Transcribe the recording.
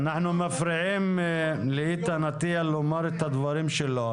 אנחנו מפריעים לאיתן אטיה לומר את הדברים שלו.